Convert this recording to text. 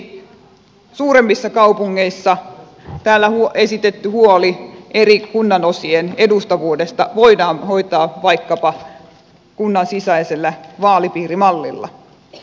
lisäksi suuremmissa kaupungeissa täällä esitetty huoli eri kunnanosien edustavuudesta voidaan hoitaa vaikkapa kunnan sisäisellä vaalipiirimallilla